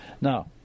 Now